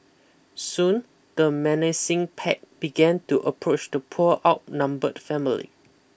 soon the menacing pack began to approach the poor outnumbered family